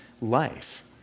life